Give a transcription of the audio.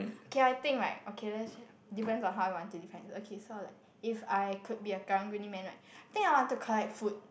K I think like okay let's just depends on how you want to define okay so like if I could be a karang-guni man right think I want to collect food